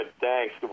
thanks